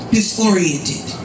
Disoriented